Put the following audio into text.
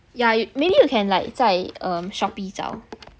yeah you maybe you can like 在 shopee 找